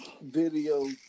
video